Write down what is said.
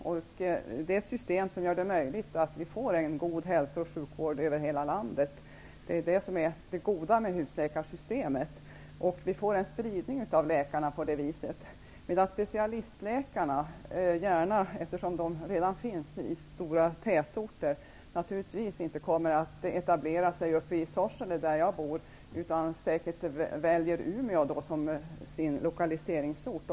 Det är ett system som gör det möjligt att få god sjukvård över hela landet. Det är det som är fördelen med husläkarsystemet. Det blir alltså en spridning av läkarna. Eftersom specialistläkarna redan finns i stora tätorter kommer de naturligtvis inte att etablera sig uppe i Sorsele där jag bor. De väljer i stället Umeå som sin lokaliseringsort.